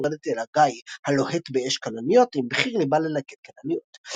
היורדת אל הגיא ה"לוהט באש כלניות" עם בחיר-לבה ללקט כלניות.